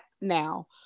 now